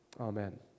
Amen